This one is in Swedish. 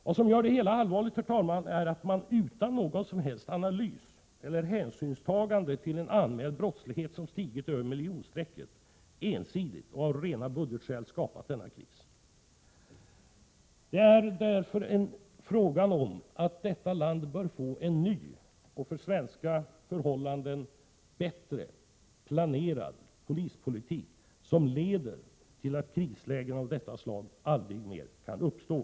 Vad som gör det hela allvarligt, herr talman, är att man utan någon som helst analys av eller hänsynstagande till en anmäld brottslighet, som stigit över miljonstrecket, ensidigt och av rena budgetskäl skapat denna kris. Detta land bör därför få en ny och för svenska förhållanden bättre planerad polispolitik, som leder till att krislägen av detta slag aldrig mer kan uppstå.